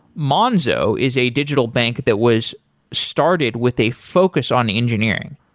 monzo is a digital bank that was started with a focus on engineering.